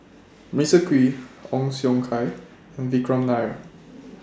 Melissa Kwee Ong Siong Kai and Vikram Nair